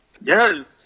Yes